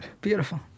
Beautiful